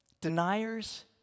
Deniers